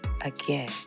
Again